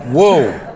Whoa